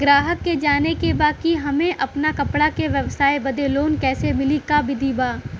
गराहक के जाने के बा कि हमे अपना कपड़ा के व्यापार बदे लोन कैसे मिली का विधि बा?